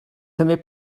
també